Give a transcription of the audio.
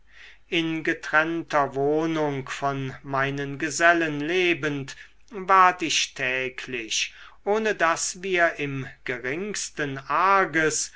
in getrennter wohnung von meinen gesellen lebend ward ich täglich ohne daß wir im geringsten arges